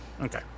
Okay